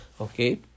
Okay